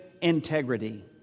integrity